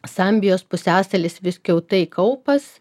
sambijos pusiasalis viskiautai kaupas